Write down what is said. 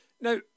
Now